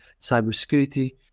cybersecurity